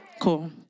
cool